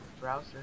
browser